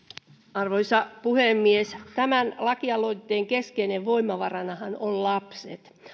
arvoisa puhemies tämän lakialoitteen keskeisenä voimavaranahan ovat lapset